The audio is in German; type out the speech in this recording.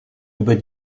über